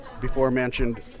before-mentioned